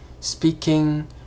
speaking